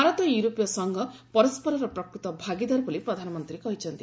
ଭାରତ ଓ ୟୁରୋପୀୟ ସଂଘ ପରସ୍କରର ପ୍ରକୃତ ଭାଗିଦାର ବୋଲି ପ୍ରଧାନମନ୍ତ୍ରୀ କହିଚ୍ଛନ୍ତି